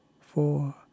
four